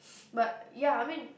but ya I mean